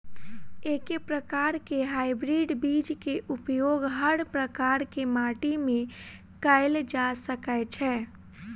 एके प्रकार केँ हाइब्रिड बीज केँ उपयोग हर प्रकार केँ माटि मे कैल जा सकय छै?